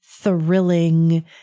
thrilling